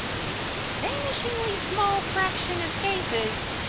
in a vanishingly small fraction of cases,